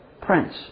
Prince